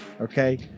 Okay